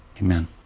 Amen